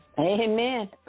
Amen